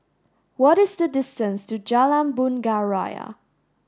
what is the distance to Jalan Bunga Raya